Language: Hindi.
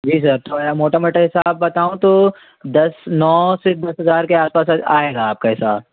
जी सर थोड़ा मोटा मोटा हिसाब बताऊँ तो दस नौ से दस हज़ार के आस पास आएगा आपका हिसाब